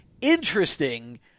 Interesting